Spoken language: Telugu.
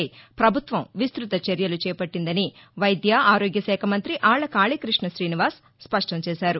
పై పభుత్వం విస్తృత చర్యలు చేపట్టిందని వైద్య ఆరోగ్య శాఖ మంతి అళ్ళ కాళీ కృష్ణత్రీనివాస్ స్పష్టం చేశారు